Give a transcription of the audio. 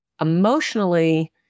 emotionally